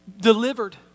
delivered